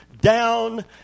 down